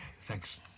Thanks